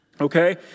okay